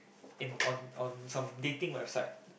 in on on some dating website